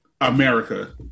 America